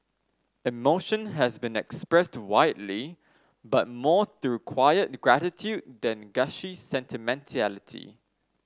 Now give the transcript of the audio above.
emotion has been expressed widely but more through quiet gratitude than gushy sentimentality